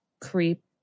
creep